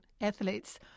athletes